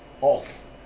off